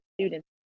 students